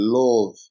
love